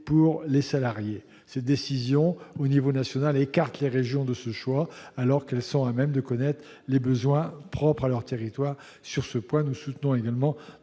pour les salariés. Cette désignation à l'échelon national écarte les régions de ce choix, alors qu'elles sont évidemment à même de connaître les besoins propres à leur territoire. Sur ce point, nous soutenons également